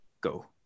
go